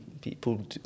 People